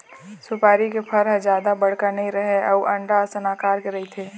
सुपारी के फर ह जादा बड़का नइ रहय अउ अंडा असन अकार के रहिथे